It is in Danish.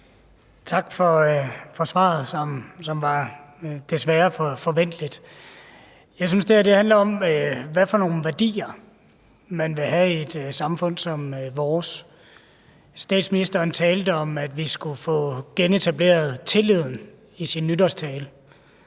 Tak for svaret, som desværre var forventeligt. Jeg synes, det her handler om, hvad for nogle værdier man vil have i et samfund som vores. Statsministeren talte i sin nytårstale om, at vi skulle få genetableret tilliden, og det, der